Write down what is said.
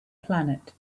planet